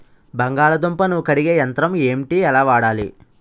బంగాళదుంప ను కడిగే యంత్రం ఏంటి? ఎలా వాడాలి?